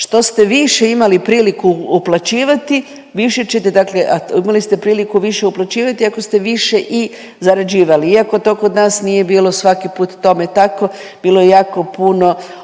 Što ste više imali priliku uplaćivati, više ćete dakle, a imali ste priliku više uplaćivati, ako ste više i zarađivali. Iako to kod nas nije bilo svaki put tome tako, bilo je jako puno